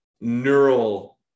neural